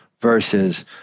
versus